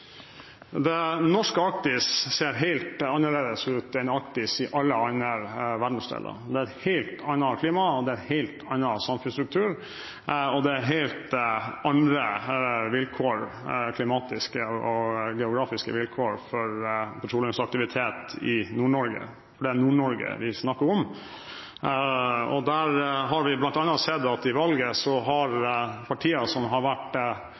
Arktis ser helt annerledes ut enn Arktis i alle andre verdensdeler. Det er et helt annet klima, det er en helt annen samfunnsstruktur, og det er helt andre klimatiske og geografiske vilkår for petroleumsaktivitet i Nord-Norge – for det er Nord-Norge vi snakker om. Der har vi bl.a. sett at i valget har partier som har vært